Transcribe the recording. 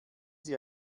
sie